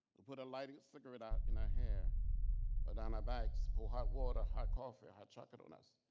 put a lighting cigarette out in our hair or down our bags, pour hot water, hot coffee or hot chocolate on us.